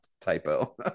typo